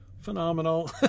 phenomenal